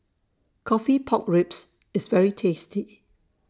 Coffee Pork Ribs IS very tasty